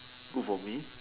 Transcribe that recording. good for me